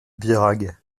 birague